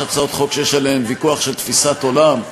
ויש הצעות חוק שיש עליהן ויכוח של תפיסת עולם,